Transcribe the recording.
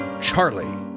Charlie